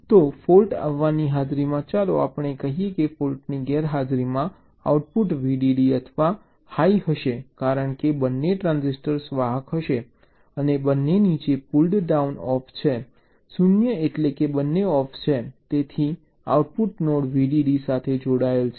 તેથી ફોલ્ટ આવવાની હાજરીમાં ચાલો આપણે કહીએ કે ફોલ્ટની ગેરહાજરીમાં આઉટપુટ VDD અથવા હાઈ હશે કારણ કે બંને ટ્રાન્ઝિસ્ટર વાહક હશે અને બંને નીચે પુલ્ડ ડાઉન ઑફ છે 0 0 એટલે બંને ઑફ છે તેથી આઉટપુટ નોડ VDD સાથે જોડાયેલ છે